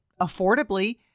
affordably